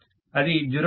అది 0